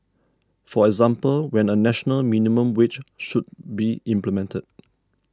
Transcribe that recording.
for example whether a national minimum wage should be implemented